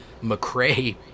McRae